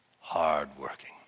hardworking